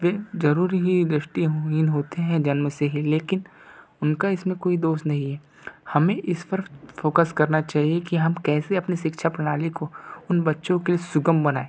वे जरूरी ही ये दृष्टिहीन होते हैं जन्म से ही लेकिन उनका इसमें कोई दोष नहीं है हमें इस पर फ़ोकस करना चाहिए कि हम कैसे अपनी शिक्षा प्रणाली को उन बच्चों के सुगम बनाएँ